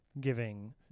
giving